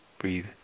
Breathe